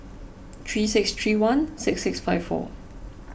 three six three one six six five four